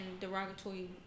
derogatory